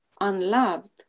unloved